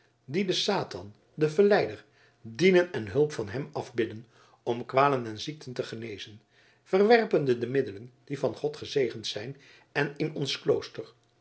die den satan den verleider dienen en hulp van hem afbidden om kwalen en ziekten te genezen verwerpende de middelen die van god gezegend zijn en in ons klooster